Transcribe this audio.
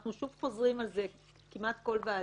אנחנו שוב חוזרים על זה כמעט בכל ועדה,